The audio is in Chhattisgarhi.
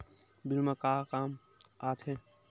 बिल का काम आ थे?